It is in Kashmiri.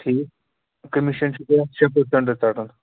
ٹھیٖکھ کمیٖشن چھُ اتھ شےٚ دَہ ژٹان